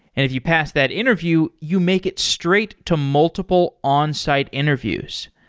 if you pass that interview, you make it straight to multiple onsite interviews.